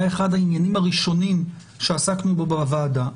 אחד העניינים הראשונים שעסקנו בו בוועדה.